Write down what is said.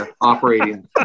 operating